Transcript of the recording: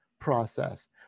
process